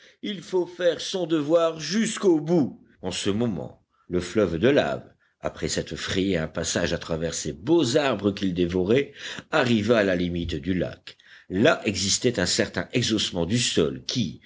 il faut faire son devoir jusqu'au bout en ce moment le fleuve de laves après s'être frayé un passage à travers ces beaux arbres qu'il dévorait arriva à la limite du lac là existait un certain exhaussement du sol qui